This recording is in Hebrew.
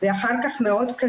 זה עדיין מעט מאוד,